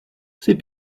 c’est